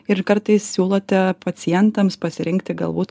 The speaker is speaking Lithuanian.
ir kartais siūlote pacientams pasirinkti galbūt